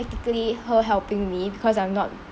practically her helping me because I'm not